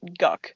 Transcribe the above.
guck